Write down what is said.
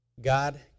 God